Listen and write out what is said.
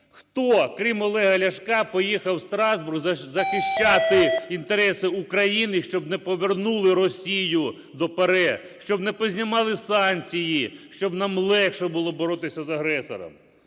хто, крім Олега Ляшка, поїхав в Страсбург захищати інтереси України, щоб не повернули Росію до ПАРЄ, щоб не познімали санкції, щоб нам легше було боротися з агресором.